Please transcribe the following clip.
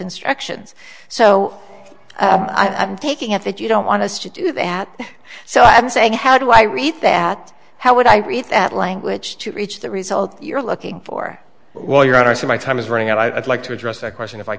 instructions so i'm taking it that you don't want us to do that so i'm saying how do i read that how would i read that language to reach the result you're looking for well your honor so my time is running out i'd like to address that question if i